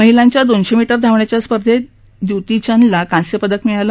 महिलांच्या दोनशे मीटर धावण्याच्या स्पर्धेत दुती चंदला कांस्यपदक मिळालं